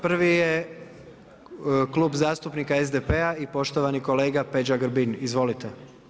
Prvi je Klub zastupnika SDP-a i poštovani kolega Peđa Grbin, izvolite.